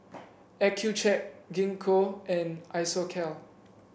Accucheck Gingko and Isocal